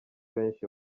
benshi